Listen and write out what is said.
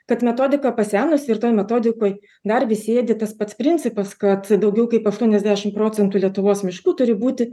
kad metodika pasenusi ir toj metodikoj dar vis sėdi tas pats principas kad daugiau kaip aštuoniasdešimt procentų lietuvos miškų turi būti